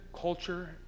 culture